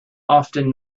often